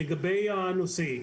לגבי הנושא.